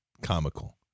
comical